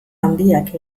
handiak